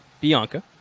Bianca